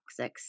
toxics